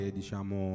diciamo